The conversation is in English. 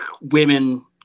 women